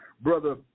Brother